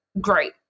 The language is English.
Great